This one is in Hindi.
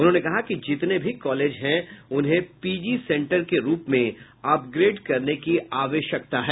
उन्होंने कहा कि जितने भी कॉलेज हैं उन्हें पीजी सेंटर के रूप में अपग्रेड करने की आवश्यकता है